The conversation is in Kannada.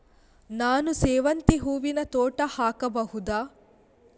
ನಾನು ಸೇವಂತಿ ಹೂವಿನ ತೋಟ ಹಾಕಬಹುದಾ?